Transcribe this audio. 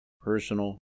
personal